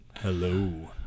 hello